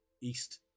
east